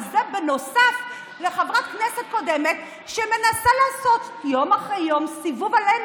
אבל זה נוסף לחברת כנסת קודמת שמנסה לעשות יום אחרי יום סיבוב עלינו,